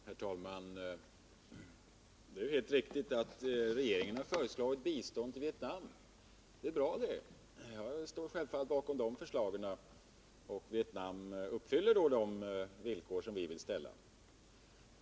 Herr talman! Det är helt riktigt att regeringen har föreslagit bistånd till Vietnam. Det är bra det. Jag står självfallet bakom de förslagen. Vietnam uppfyller då de villkor som vi vill ställa.